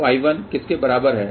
तो I1 किसके बराबर है